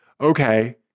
Okay